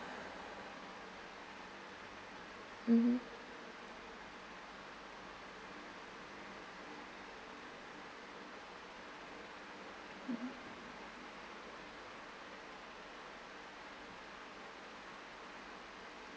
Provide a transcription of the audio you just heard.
mmhmm mmhmm